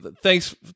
thanks